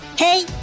Hey